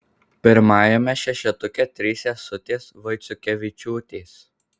pirmajame šešetuke trys sesutės vaiciukevičiūtės